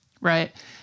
right